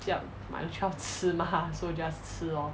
这样买了就要吃 mah so 我 just 吃 lor